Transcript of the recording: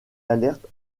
alerte